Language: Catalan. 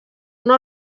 una